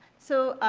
so,